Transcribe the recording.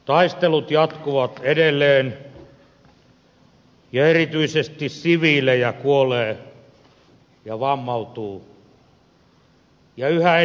taistelut jatkuvat edelleen ja erityisesti siviilejä kuolee ja vammautuu